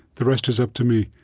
the rest is up to me.